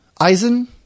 Eisen